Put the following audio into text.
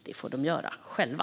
Det får de göra själva.